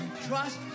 Trust